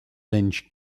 lynch